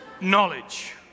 knowledge